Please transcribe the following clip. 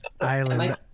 Island